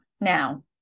now